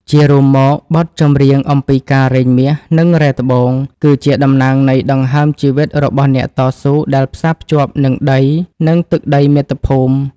ជារួមមក បទចម្រៀងអំពីការរែងមាស និងរ៉ែត្បូង គឺជាតំណាងនៃដង្ហើមជីវិតរបស់អ្នកតស៊ូដែលផ្សារភ្ជាប់នឹងដី និងទឹកដីមាតុភូមិ។